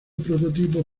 prototipo